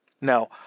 Now